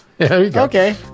okay